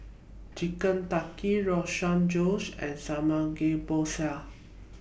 Chicken Tikka Rogan Josh and Samgeyopsal